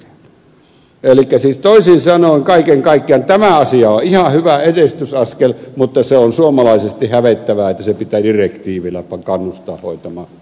elikkä siis toisin sanoen kaiken kaikkiaan tämä asia on ihan hyvä edistysaskel mutta se on suomalaisesti hävettävää että pitää direktiivillä kannustaa hoitamaan asiat järjestykseen